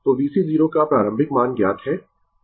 तो VC 0 का प्रारंभिक मान ज्ञात है